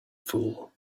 fool